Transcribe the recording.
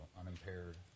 unimpaired